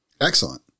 Excellent